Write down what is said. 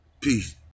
Peace